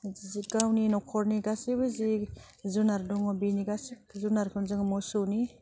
गावनि नखरनि गासैबो जि जुनार दङ बिनि गाासिब जुनारखौनो जोङो मोसौनि